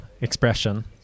expression